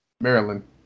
Maryland